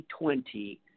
2020